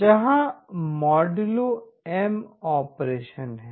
जहां M modulo M operation है